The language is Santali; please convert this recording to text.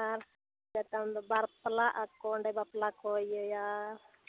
ᱟᱨ ᱪᱮᱛᱟᱱ ᱫᱚ ᱵᱟᱯᱞᱟᱜ ᱟᱠᱚ ᱚᱸᱰᱮ ᱵᱟᱯᱞᱟ ᱠᱚ ᱤᱭᱟᱹᱭᱟ